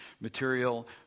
material